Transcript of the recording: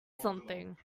something